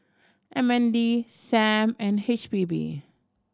M N D Sam and H P B